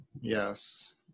yes